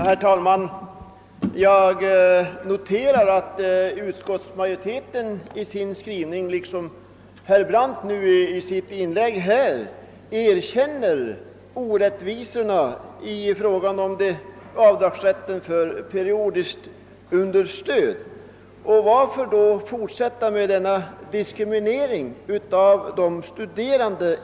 Herr talman! Jag noterar att utskottsmajoriteten i sin skrivning liksom herr Brandt gjorde i sitt inlägg erkänner de orättvisor som är förenade med avdragsbestämmelserna beträffande periodiskt understöd. Varför då fortsätta med denna diskriminering av de studerande?